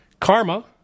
Karma